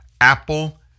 apple